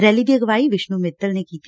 rally ਦੀ ਅਗਵਾਈ ਵਿਸ਼ਨੰ ਸਿੱਤਲ ਨੇ ਕੀਤੀ